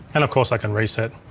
and of course i can reset,